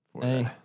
Hey